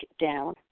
down